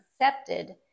accepted